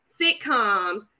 sitcoms